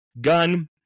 gun